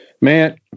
Man